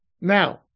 Now